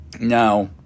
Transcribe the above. Now